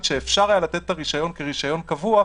שאפשר היה לתת את הרישיון כרישיון קבוע.